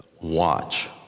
watch